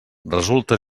resulta